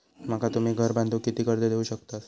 माका तुम्ही घर बांधूक किती कर्ज देवू शकतास?